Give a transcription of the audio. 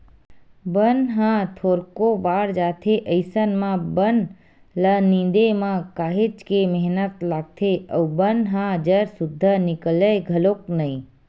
बन ह थोरको बाड़ जाथे अइसन म बन ल निंदे म काहेच के मेहनत लागथे अउ बन ह जर सुद्दा निकलय घलोक नइ